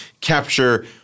capture